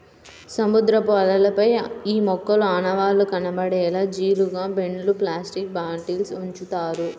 సముద్రపు అలలపై ఈ మొక్కల ఆనవాళ్లు కనపడేలా జీలుగు బెండ్లు, ప్లాస్టిక్ బాటిల్స్ ఉంచుతారు